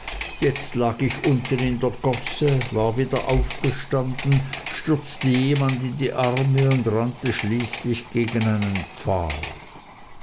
jetzt lag ich unten in der gosse war wieder aufgestanden stürzte jemand in die arme und rannte schließlich gegen einen pfahl